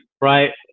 right